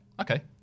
Okay